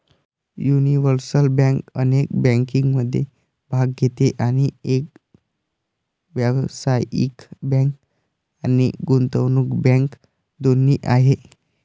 universal bank अनेक बँकिंगमध्ये भाग घेते आणि एक व्यावसायिक बँक आणि गुंतवणूक बँक दोन्ही आहे